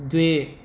द्वे